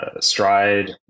stride